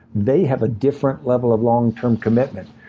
they have a different level of long term commitment.